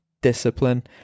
discipline